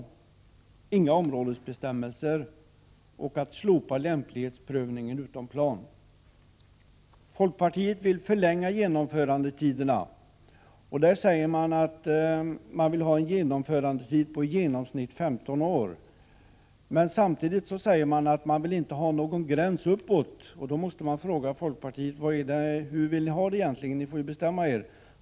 De vill inte ha några områdesbestämmelser, och dessutom vill de slopa lämplighetsprövningen utom plan. Folkpartiet vill förlänga genomförandetiderna. Man vill ha en genomförandetid på i genomsnitt 15 år. Men samtidigt vill man inte ha någon gräns uppåt. Då måste jag fråga folkpartisterna: Hur vill ni egentligen ha det? Ni får väl bestämma er.